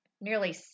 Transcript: nearly